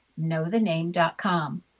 knowthename.com